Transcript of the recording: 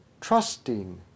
trusting